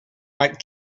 mike